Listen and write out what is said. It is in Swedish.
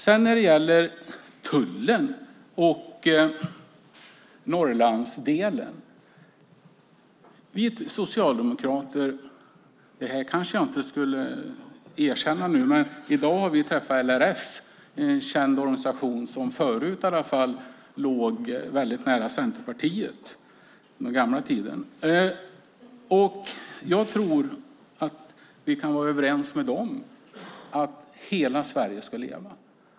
Sedan var det frågan om tullen och Norrlandsdelen. Det här kanske jag inte borde erkänna nu, men i dag har vi socialdemokrater träffat LRF - en känd organisation som i alla fall på den gamla tiden låg nära Centerpartiet. Jag tror att vi kan vara överens med dem om att hela Sverige ska leva.